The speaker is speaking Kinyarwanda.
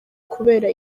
kubera